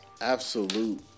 absolute